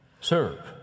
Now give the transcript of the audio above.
serve